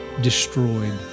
destroyed